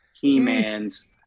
he-mans